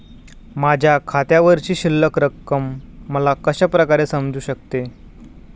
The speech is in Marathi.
माझ्या खात्यावरची शिल्लक रक्कम मला कशा प्रकारे समजू शकते?